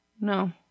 No